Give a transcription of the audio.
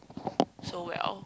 so well